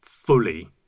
fully